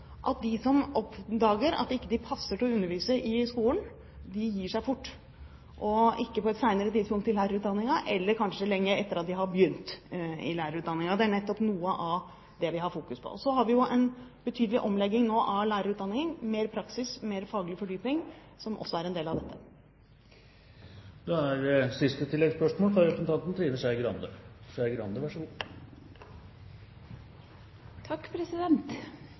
at de som oppdager at de ikke passer til å undervise i skolen, gir seg fort – ikke på et senere tidspunkt i lærerutdanningen, eller kanskje lenge etter at de har begynt i lærerutdanningen. Det er nettopp noe av det vi fokuserer på. Så holder vi på med en betydelig omlegging av lærerutdanningen – mer praksis, mer faglig fordypning – som også er en del av